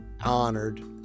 honored